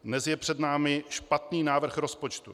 Dnes je před námi špatný návrh rozpočtu.